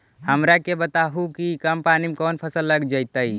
हमरा के बताहु कि कम पानी में कौन फसल लग जैतइ?